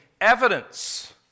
evidence